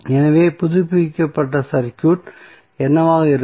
எனவே புதுப்பிக்கப்பட்ட சர்க்யூட் என்னவாக இருக்கும்